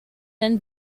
then